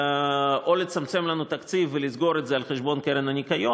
או לצמצם לנו תקציב ולסגור את זה על חשבון הקרן לשמירת הניקיון,